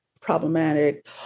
problematic